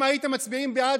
אם הייתם מצביעים בעד,